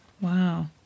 Wow